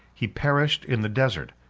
he perished in the desert,